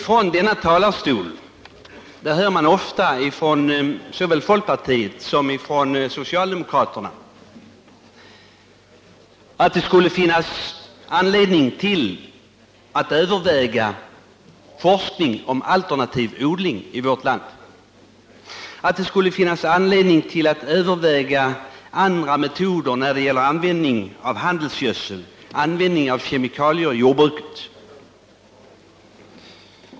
Från denna talarstol hör man ofta folkpartister och socialdemokrater säga att det skulle finnas anledning att överväga forskning om alternativ odling i vårt land och att det skulle finnas anledning att överväga alternativa metoder till användningen av handelsgödsel och kemikalier i jordbruket.